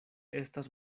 estas